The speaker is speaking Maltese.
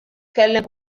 tkellem